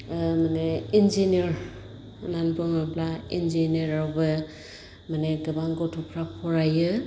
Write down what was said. ओ माने इन्जिनियर होननानै बुङोब्ला इन्जिनियरावबो माने गोबां गथ'फ्रा फरायो